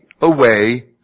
away